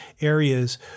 areas